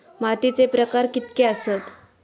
मातीचे प्रकार कितके आसत?